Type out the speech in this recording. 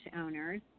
owners